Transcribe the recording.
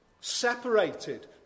separated